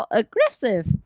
aggressive